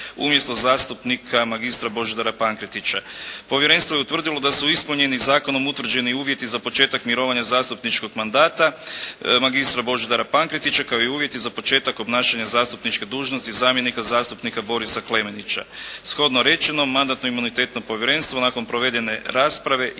umjesto zastupnika magistra Božidara Pankretića. Povjerenstvo je utvrdilo da su ispunjeni zakonom utvrđeni uvjeti za početak mirovanja zastupničkog mandata magistra Božidara Pankretića kao i uvjeti za početak obnašanja zastupničke dužnosti zamjenika zastupnika Borisa Klemenića. Shodno rečenom Mandatno-imunitetno povjerenstvo nakon provedene rasprave